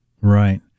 right